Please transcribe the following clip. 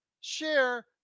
share